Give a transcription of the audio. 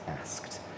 asked